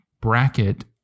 bracket